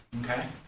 okay